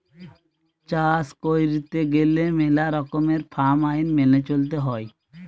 চাষ কইরতে গেলে মেলা রকমের ফার্ম আইন মেনে চলতে হৈ